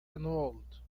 enrolled